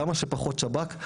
כמה שפחות שב"כ,